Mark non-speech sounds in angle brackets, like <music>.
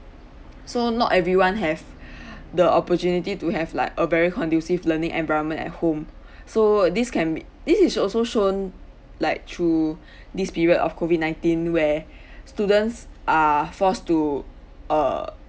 so not everyone have <breath> the opportunity to have like a very conducive learning environment at home <breath> so this can be~ this is also shown like through <breath> this period of COVID nineteen where <breath> students are forced to err